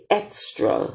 extra